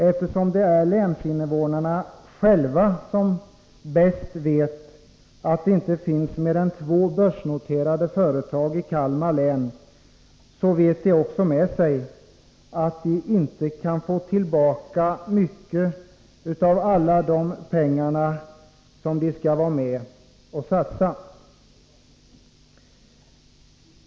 Eftersom det är länsinvånarna som själva vet bäst att det inte finns mer än två börsnoterade företag i Kalmar län, så vet de också med sig att de inte kan få tillbaka mycket av alla de pengar de skall vara med och satsa.